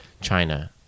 china